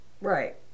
right